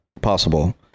possible